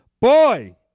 Boy